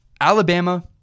Alabama